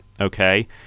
Okay